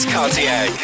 Cartier